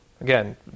Again